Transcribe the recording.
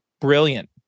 brilliant